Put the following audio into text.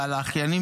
על האחיינים,